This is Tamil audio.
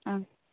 ஆ